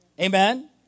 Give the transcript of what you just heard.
Amen